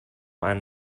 ein